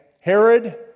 Herod